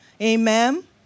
Amen